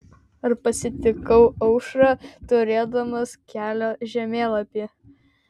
ar pasitikau aušrą turėdamas kelio žemėlapį